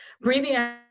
breathing